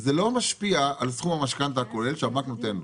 זה לא משפיע על סכום המשכנתא הכולל שהבנק נותן לו,